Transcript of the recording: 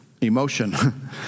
emotion